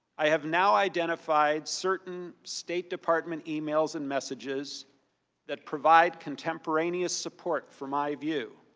i have now identified certain state department emails and messages that provide contemporaneous support for my view.